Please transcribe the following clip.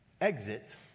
exit